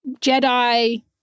Jedi